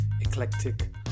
eclectic